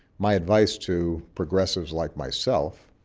my advice to progressives like myself,